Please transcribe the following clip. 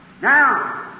Now